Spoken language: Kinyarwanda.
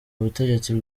ubutegetsi